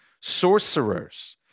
Sorcerers